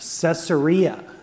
Caesarea